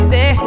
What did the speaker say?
Say